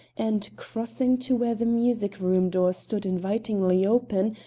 and, crossing to where the music-room door stood invitingly open,